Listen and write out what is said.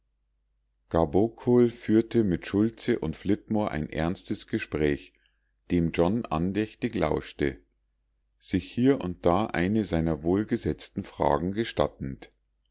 gabokol führte mit schultze und flitmore ein ernstes gespräch dem john andächtig lauschte sich hier und da eine seiner wohlgesetzten fragen gestattend